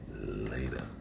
later